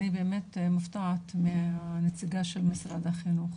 אני באמת מופתעת מהנציגה של משרד החינוך.